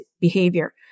behavior